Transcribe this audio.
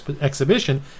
exhibition